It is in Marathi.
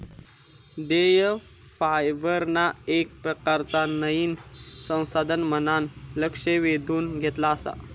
देठ फायबरना येक प्रकारचा नयीन संसाधन म्हणान लक्ष वेधून घेतला आसा